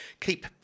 keep